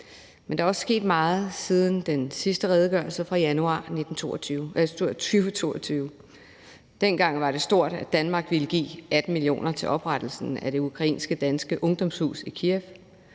men der er også sket meget siden den sidste redegørelse fra januar 2022. Dengang var det stort, at Danmark ville give 18 mio. kr. til oprettelsen af det ukrainske danske ungdomshus i Kyiv.